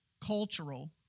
cultural